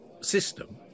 system